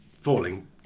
falling